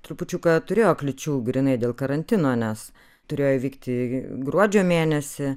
trupučiuką turėjo kliūčių grynai dėl karantino nes turėjo įvykti gruodžio mėnesį